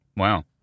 Wow